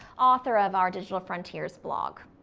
author of our digital frontiers blog.